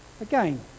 Again